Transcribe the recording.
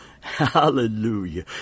hallelujah